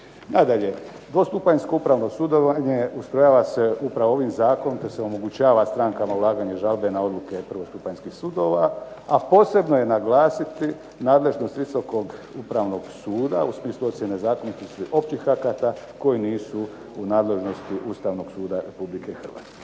Nadalje, dvostupanjsko upravno sudovanje ustrojava se upravo ovim zakonom te se omogućava strankama ulaganje žalbe na odluke prvostupanjskih sudova, a posebno je naglasiti nadležnost Visokog upravnog suda u smislu ocjene zakonitosti općih akata koji nisu u nadležnosti Ustavnog suda Republike Hrvatske.